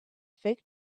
faked